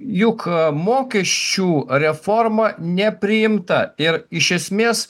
juk mokesčių reforma nepriimta ir iš esmės